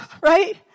right